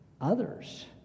others